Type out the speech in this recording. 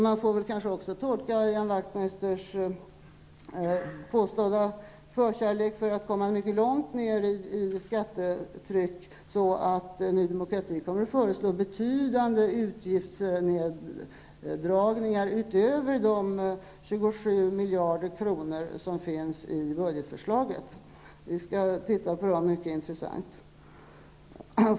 Man får kanske också tolka Ian Wachtmeisters påstådda förkärlek för att komma mycket långt ner i skattetryck så att Ny Demokrati kommer att föreslå betydande utgiftsneddragningar, utöver de 27 miljarder kronor som finns i budgetförslaget. Vi skall titta på dem -- det skall bli mycket intressant.